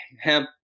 hemp